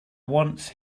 once